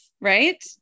Right